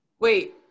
Wait